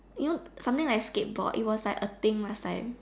you know something like a skateboard it was like a thing last time